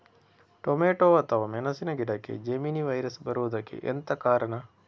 Tomato ಅಥವಾ ಮೆಣಸಿನ ಗಿಡಕ್ಕೆ ಜೆಮಿನಿ ವೈರಸ್ ಬರುವುದಕ್ಕೆ ಎಂತ ಕಾರಣ?